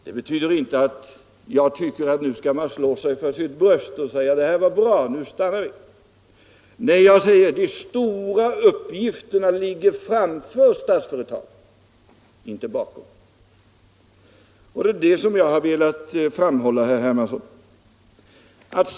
Det betyder inte att jag tycker att nu skall vi slå oss för bröstet och säga: ”Det här var bra, nu stannar vi.” Nej, de stora uppgifterna ligger framför Statsföretag, inte bakom. Det är detta som jag har velat framhålla, herr Hermansson.